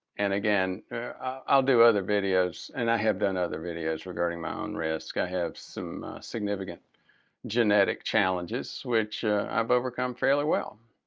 and again i'll do other videos. and i have done other videos regarding my own risk. i have some significant genetic challenges which i've overcome fairly well.